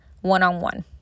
one-on-one